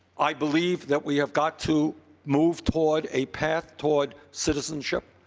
i believe that we have got to move toward a path toward citizenship.